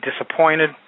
disappointed